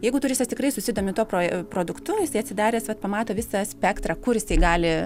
jeigu turistas tikrai susidomi tuo proje produktu jis atsidaręs vat pamato visą spektrą kur jisai gali